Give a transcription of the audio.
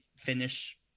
finish